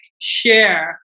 share